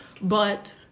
but-